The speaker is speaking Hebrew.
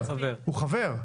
הוא חבר.